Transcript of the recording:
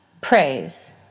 Praise